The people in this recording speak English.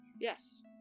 Yes